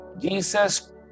Jesus